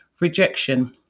rejection